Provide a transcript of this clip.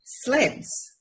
sleds